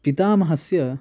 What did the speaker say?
पितामहस्य